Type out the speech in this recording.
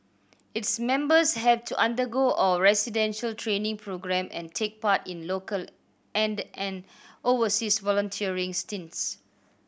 its members have to undergo a residential training programme and take part in local and an overseas volunteering stints